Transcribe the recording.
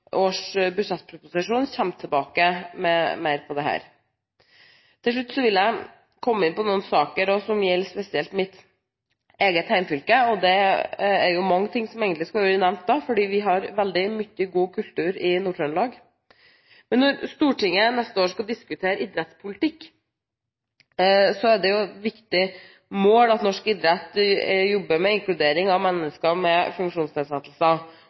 Til slutt vil jeg komme inn på noen saker som gjelder spesielt mitt eget hjemfylke. Det er mange ting som egentlig skulle vært nevnt da, for vi har veldig mye god kultur i Nord-Trøndelag. Når Stortinget neste år skal diskutere idrettspolitikk, er det et viktig mål at norsk idrett jobber med inkludering av mennesker med